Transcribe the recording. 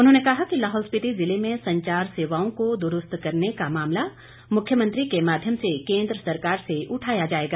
उन्होंने कहा कि लाहौल स्पिति जिले में संचार सेवाओं को दुरूस्त करने का मामला मुख्यमंत्री के माध्यम से केंद्र सरकार से उठाया जाएगा